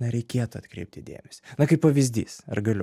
na reikėtų atkreipti dėmesį na kaip pavyzdys ar galiu